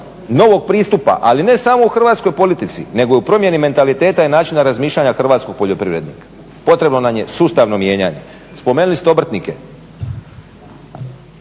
novog pristupa ali ne samo u hrvatskoj politici nego i u promjeni mentaliteta i načina razmišljanja hrvatskog poljoprivrednika. Potrebno nam je sustavno mijenjanje. Spomenuli ste obrtnike.